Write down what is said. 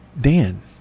Dan